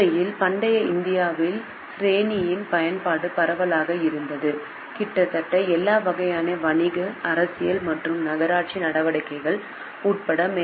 உண்மையில் பண்டைய இந்தியாவில் ஸ்ரேனியின் பயன்பாடு பரவலாக இருந்தது கிட்டத்தட்ட எல்லா வகையான வணிக அரசியல் மற்றும் நகராட்சி நடவடிக்கைகள் உட்பட